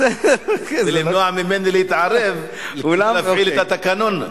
כדי למנוע ממני להתערב ולהפעיל את התקנון.